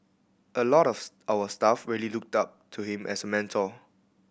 a lot of our staff really looked up to him as a mentor